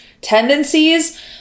tendencies